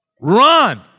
Run